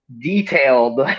detailed